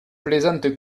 plaisante